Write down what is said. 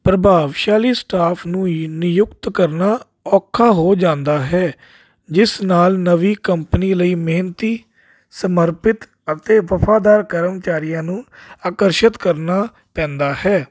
ਪ੍ਰਭਾਵਸ਼ਾਲੀ ਸਟਾਫ ਨੂੰ ਨਿਯੁਕਤ ਕਰਨਾ ਔਖਾ ਹੋ ਜਾਂਦਾ ਹੈ ਜਿਸ ਨਾਲ ਨਵੀਂ ਕੰਪਨੀ ਲਈ ਮਿਹਨਤੀ ਸਮਰਪਿਤ ਅਤੇ ਵਫ਼ਾਦਾਰ ਕਰਮਚਾਰੀਆਂ ਨੂੰ ਆਕਰਸ਼ਿਤ ਕਰਨਾ ਪੈਂਦਾ ਹੈ